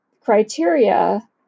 criteria